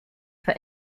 für